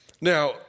Now